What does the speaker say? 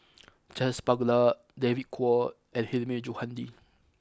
Charles Paglar David Kwo and Hilmi Johandi